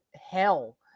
hell